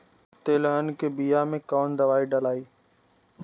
तेलहन के बिया मे कवन दवाई डलाई?